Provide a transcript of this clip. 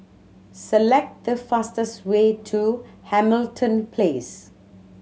select the fastest way to Hamilton Place